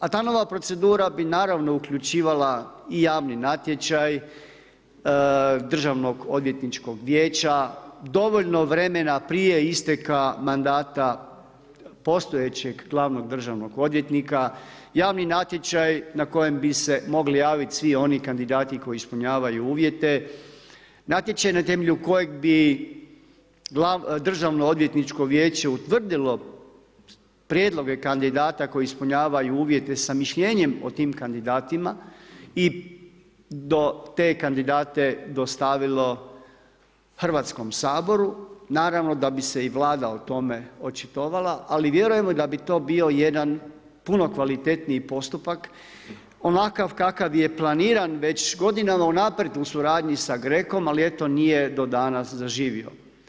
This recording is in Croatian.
A ta nova procedura bi naravno uključivala i javni natječaj Državnoodvjetničko vijeća, dovoljno vremena prije isteka mandata postojećeg glavnog državnog odvjetnika, javni natječaj na koji bi se mogli javiti svi oni kandidati koji ispunjavaju uvijete, natječaj na kojem bi Državno odvjetničko vijeće utvrdilo prijedloge kandidata koji ispunjavaju uvijete sa mišljenjem o tim kandidatima i do te kandidate dostavilo Hrvatskom saboru, naravno da bi se i Vlada o tome očitovalo, ali vjerujemo da bi to bio jedan puno kvalitetniji postupak, onakav kakav je planiran već godinama unaprijed u suradnji sa GREKOM ali eto nije do danas zaživio.